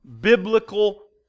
biblical